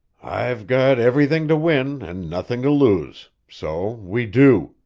i've got everything to win and nothin' to lose so we do!